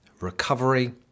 recovery